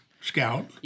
Scout